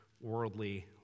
worldly